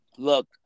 Look